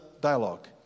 dialogue